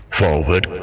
forward